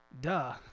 duh